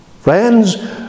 Friends